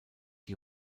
die